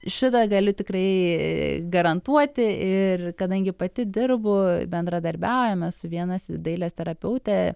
šitą galiu tikrai garantuoti ir kadangi pati dirbu bendradarbiaujame su viena dailės terapeute